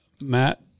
Matt